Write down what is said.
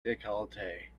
decollete